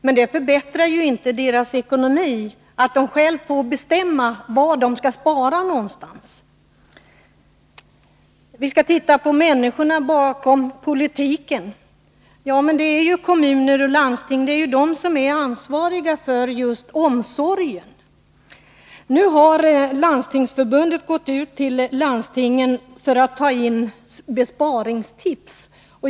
Men det förbättrar ju inte kommunernas ekonomi, att de själva får bestämma var de skall spara. Vi skall titta på människorna bakom politiken, sade kommunministern. Ja, men det är ju kommuner och landsting som är ansvariga för just omsorgen. Nu har Landstingsförbundet gått ut till landstingen för att få in besparingstips.